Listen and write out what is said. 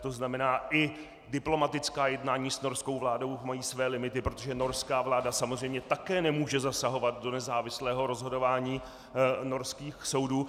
To znamená, i diplomatická jednání s norskou vládou mají své limity, protože norská vláda samozřejmě také nemůže zasahovat do nezávislého rozhodování norských soudů.